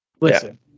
Listen